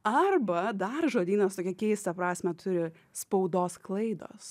arba dar žodynas tokią keistą prasmę turi spaudos klaidos